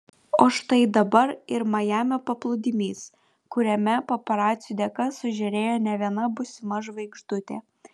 o štai dabar ir majamio paplūdimys kuriame paparacių dėka sužėrėjo ne viena būsima žvaigždutė